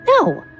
No